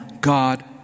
God